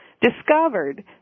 discovered